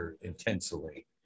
intensely